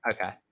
Okay